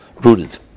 rooted